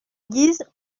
guise